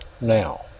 now